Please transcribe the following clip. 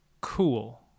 cool